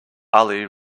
ali